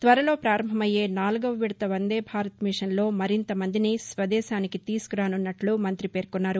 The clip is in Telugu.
త్వరలో ప్రారంభమయ్యే నాలుగో విడత వందేభారత్ మిషన్లో మరింత మందిని స్వదేశానికి తీసుకురానున్నట్లు మంతి పేర్కొన్నారు